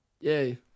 Yay